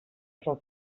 són